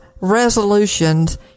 resolutions